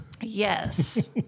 Yes